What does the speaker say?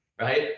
right